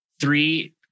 three